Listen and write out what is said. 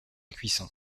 cuisson